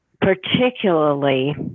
particularly